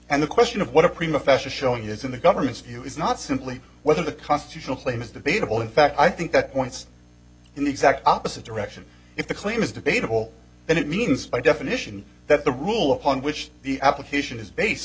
and the question of what a prima facia showing is in the government's view is not simply whether the constitutional claim is debatable in fact i think that points in the exact opposite direction if the claim is debatable and it means by definition that the rule upon which the application is base